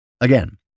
Again